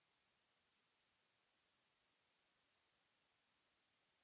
Merci